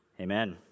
Amen